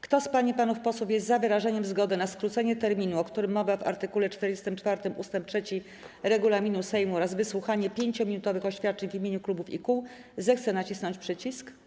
Kto z pań i panów posłów jest za wyrażeniem zgody na skrócenie terminu, o którym mowa w art. 44 ust. 3 regulaminu Sejmu, oraz wysłuchaniem 5-minutowych oświadczeń w imieniu klubów i kół, zechce nacisnąć przycisk.